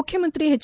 ಮುಖ್ಯಮಂತ್ರಿ ಹೆಚ್